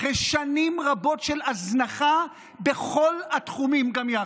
אחרי שנים רבות של הזנחה בכל התחומים גם יחד.